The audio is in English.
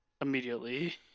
Immediately